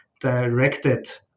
directed